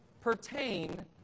pertain